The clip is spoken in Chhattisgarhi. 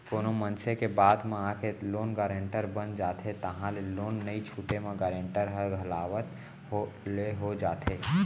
कोनो मनसे के बात म आके लोन गारेंटर बन जाथे ताहले लोन नइ छूटे म गारेंटर ह घलावत ले हो जाथे